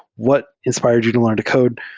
what inspired you to learn to code?